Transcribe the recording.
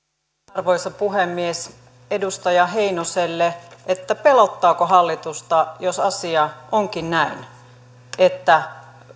arvoisa puhemies edustaja heinoselle pelottaako hallitusta jos asia onkin näin että